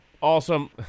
Awesome